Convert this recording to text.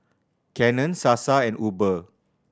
Canon Sasa and Uber